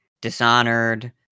Dishonored